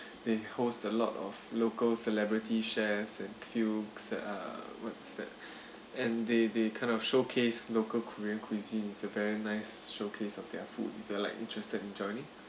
they host a lot of local celebrity chefs and cooks uh what's that and they they kind of showcase local korean cuisine so very nice showcase of their food if you are like interested in joining